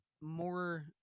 more